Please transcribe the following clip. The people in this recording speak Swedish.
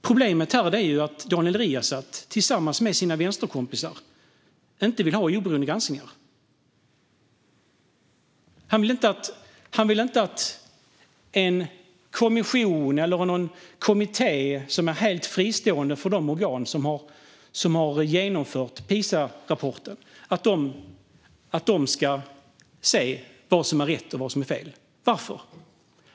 Problemet är att Daniel Riazat tillsammans med sina vänsterkompisar inte vill ha oberoende granskningar. Han vill inte att en kommission eller kommitté, helt fristående från de organ som har genomfört PISA-rapporten, ska se vad som är rätt och fel. Varför?